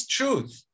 truth